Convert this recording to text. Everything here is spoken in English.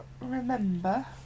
remember